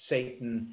Satan